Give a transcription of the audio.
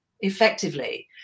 effectively